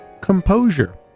composure